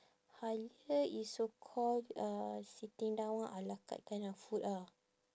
Halia is so call uh sitting down a la carte kind of food ah